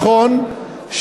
נכון,